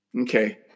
Okay